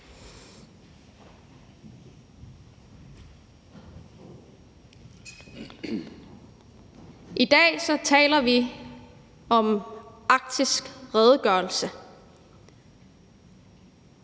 I dag taler vi om arktisk redegørelse,